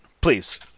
please